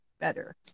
better